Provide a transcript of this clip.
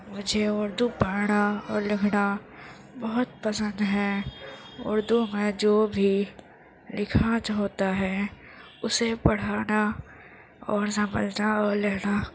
مجھے اردو پڑھنا اور لکھنا بہت پسند ہے اردو میں جو بھی لکھا ہوتا ہے اسے پڑھانا اور سمجھنا اور لینا